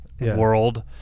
world